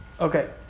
Okay